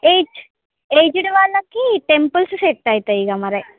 age aged వాళ్ళకి temples set అవుతాయి కదా మరి